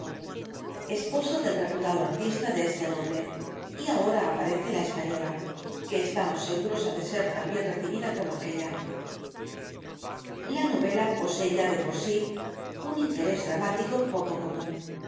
esposa del reputado artista de este nombre y ahora aparece la española que estamos seguros ha de ser tan bien recibida como aquélla la novela posee ya de por sí un interés el dr jekyll dramático poco común